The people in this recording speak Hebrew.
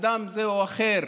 אדם זה או אחר,